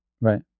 right